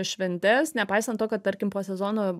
šventes nepaisant to kad tarkim po sezono